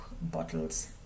bottles